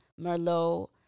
Merlot